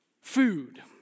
Food